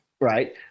right